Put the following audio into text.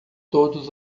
todos